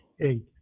eight